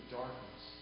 darkness